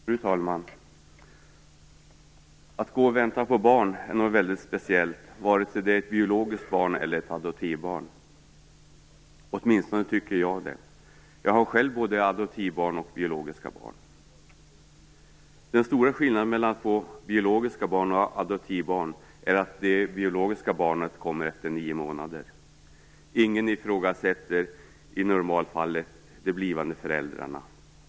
Fru talman! Att gå och vänta på ett barn är något väldigt speciellt, vare sig det är ett biologiskt barn eller ett adoptivbarn. Åtminstone tycker jag det, och jag har själv både adoptivbarn och biologiska barn. Den stora skillnaden mellan att få biologiska barn och adoptivbarn är att det biologiska barnet kommer efter nio månader. Ingen ifrågasätter i normalfallet de blivande föräldrarna.